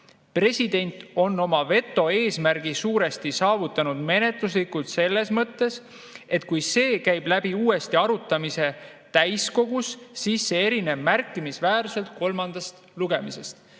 president on oma veto eesmärgi suuresti saavutanud menetluslikult selles mõttes, et kui see käib läbi uuesti arutamise täiskogus, siis see erineb märkimisväärselt kolmandast lugemisest.